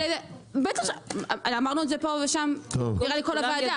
בטח, אמרנו את זה פה ושם נראה לי כל הוועדה.